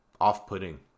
off-putting